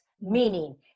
Meaning